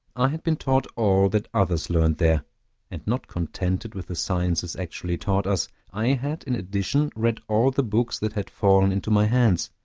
i had been taught all that others learned there and not contented with the sciences actually taught us, i had, in addition, read all the books that had fallen into my hands,